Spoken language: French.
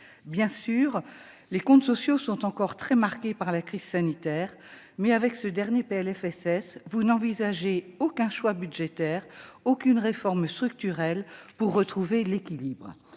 Bien sûr, les comptes sociaux sont encore très marqués par la crise sanitaire, mais dans ce dernier PLFSS vous n'envisagez aucun choix budgétaire, aucune réforme structurelle pour retrouver l'équilibre.